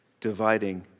Dividing